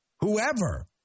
Whoever